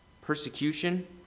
Persecution